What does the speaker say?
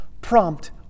prompt